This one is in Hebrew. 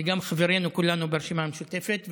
וגם חברינו, כולנו ברשימה המשותפת.